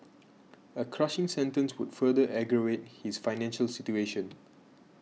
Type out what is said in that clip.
a crushing sentence would further aggravate his financial situation